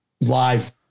live